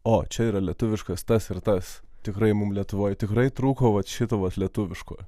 o čia yra lietuviškas tas ir tas tikrai mum lietuvoj tikrai trūko vat šito lietuviško